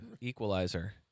equalizer